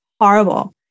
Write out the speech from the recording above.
horrible